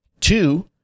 Two